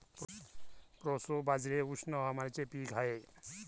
proso बाजरी हे उष्ण हवामानाचे पीक आहे